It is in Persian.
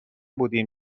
بودیم